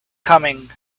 coming